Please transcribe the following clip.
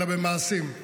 אלא במעשים,